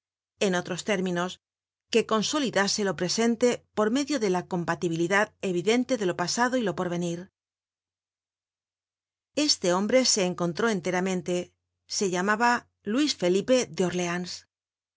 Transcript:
en otros términos que consolidase lo presente por medio de la compatibilidad evidente de lo pasado y lo pervenir este hombre se encontró enteramente se llamaba luis felipe de ürleans